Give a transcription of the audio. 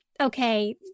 okay